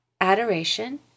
Adoration